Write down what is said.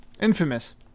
Infamous